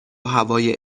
هوای